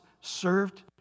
served